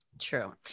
True